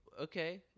okay